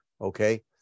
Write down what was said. Okay